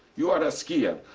you are a skier.